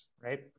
right